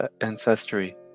ancestry